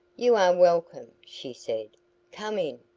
you are welcome, she said come in.